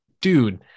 dude